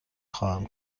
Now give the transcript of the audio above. خواهم